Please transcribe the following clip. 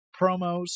promos